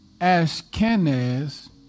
Ashkenaz